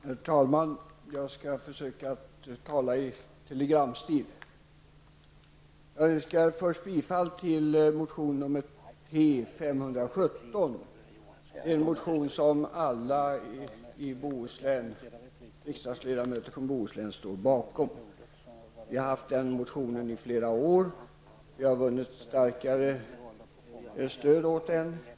Herr talman! Jag skall försöka att tala i telegramstil. Jag yrkar först bifall till motion T517, en motion som alla riksdagsledamöter från Bohuslän står bakom. Vi har väckt motioner i samma fråga i flera år, och vi har vunnit allt starkare stöd för den.